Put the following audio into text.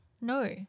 No